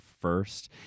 first